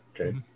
Okay